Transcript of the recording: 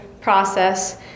process